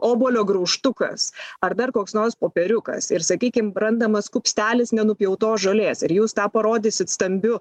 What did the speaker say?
obuolio graužtukas ar dar koks nors popieriukas ir sakykim randamas kupstelis nenupjautos žolės ir jūs tą parodysit stambiu